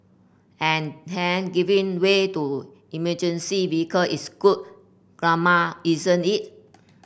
and hey giving way to emergency vehicle is good karma isn't it